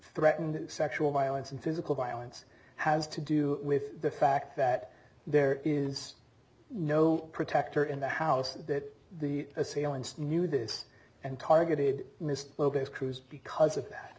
threatened sexual violence and physical violence has to do with the fact that there is no protector in the house and that the assailants knew this and targeted mr cruz because of that